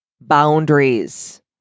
boundaries